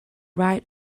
right